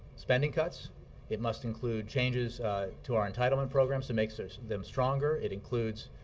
spending cuts it must include changes to our entitlement programs to make so them stronger it includes